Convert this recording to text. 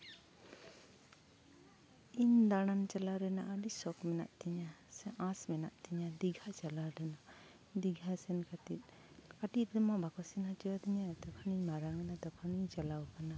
ᱤᱧ ᱫᱟᱬᱟᱱ ᱪᱟᱞᱟᱣ ᱨᱮᱱᱟᱜ ᱟᱹᱰᱤ ᱥᱚᱠ ᱢᱮᱱᱟᱜ ᱛᱤᱧᱟᱹ ᱟᱥ ᱢᱮᱱᱟᱜ ᱛᱤᱧᱟᱹ ᱫᱤᱜᱷᱟ ᱪᱟᱞᱟᱣ ᱨᱮᱱᱟᱜ ᱫᱤᱜᱷᱟ ᱥᱮᱱ ᱠᱟᱛᱮ ᱠᱟᱹᱴᱤᱡ ᱨᱮᱢᱟ ᱵᱟᱠᱚ ᱥᱮᱱ ᱦᱚᱪᱚᱣᱟᱤᱧᱟ ᱡᱚᱠᱷᱚᱱᱤᱧ ᱢᱟᱨᱟᱝᱮᱱᱟ ᱛᱚᱠᱷᱚᱱᱤᱧ ᱪᱟᱞᱟᱣᱟᱠᱟᱱᱟ